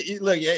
look